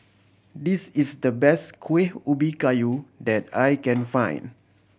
this is the best Kuih Ubi Kayu that I can find